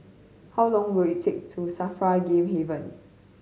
how long will it take to SAFRA Game Haven